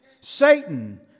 Satan